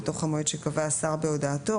בתוך המועד שקבע השר בהודעתו,